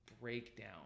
breakdown